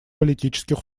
политических